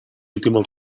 último